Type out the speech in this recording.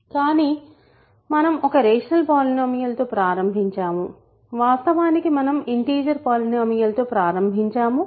కానీ మనం ఒక రేషనల్ పాలినోమియల్ తో ప్రారంభించాము వాస్తవానికి మనం ఇంటిజర్ పోలినోమియల్ తో ప్రారంభించాము